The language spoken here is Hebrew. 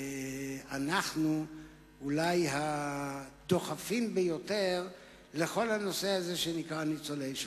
שאנחנו אולי הדוחפים ביותר את כל הנושא הזה שנקרא ניצולי השואה.